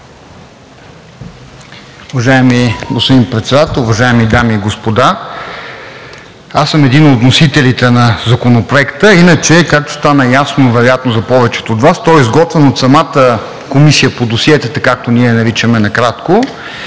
Уважаеми господин Председател, уважаеми дами и господа! Аз съм един от вносителите на Законопроекта, а както стана ясно вероятно за повечето от Вас, той е изготвен от самата Комисия по досиетата, както ние я наричаме накратко.